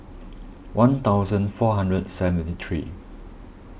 one thousand four hundred seventy three